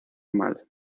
mal